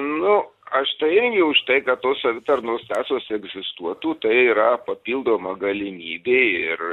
nu aš tai irgi už tai kad tos savitarnos kasos egzistuotų tai yra papildoma galimybė ir